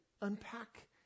unpack